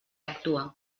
actua